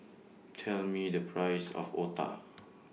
Tell Me The Price of Otah